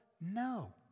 No